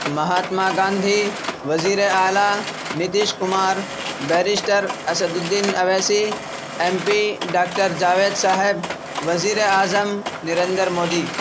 مہاتما گاندھی وزیرِ اعلیٰ Nitish Kumar barrister Asaduddin Owaisi M P doctor Javed sahab وزیر اعظم نریندر مودی